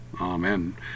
Amen